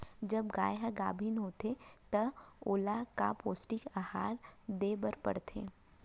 जब गाय ह गाभिन होथे त ओला का पौष्टिक आहार दे बर पढ़थे?